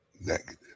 negative